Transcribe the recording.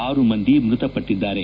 ಆರು ಮಂದಿ ಮೃತಪಟ್ಟಿದ್ದಾರೆ